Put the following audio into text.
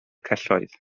celloedd